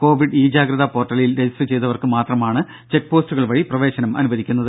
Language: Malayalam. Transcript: കോവിഡ് ഇ ജാഗ്രത പോർട്ടലിൽ രജിസ്റ്റർ ചെയ്തവർക്ക് മാത്രമാണ് ചെക്ക് പോസ്റ്റുകൾ വഴി പ്രവേശനം അനുവദിക്കുന്നത്